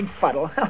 Fuddle